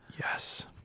Yes